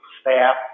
staff